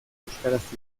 euskaraz